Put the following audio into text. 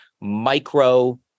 micro